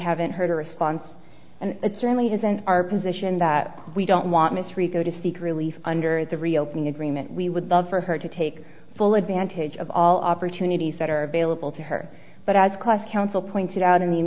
haven't heard her response and it certainly isn't our position that we don't want miss rico to seek relief under the reopening agreement we would love for her to take full advantage of all opportunities that are available to her but as quest counsel pointed out in the